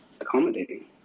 accommodating